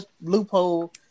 loophole